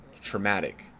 traumatic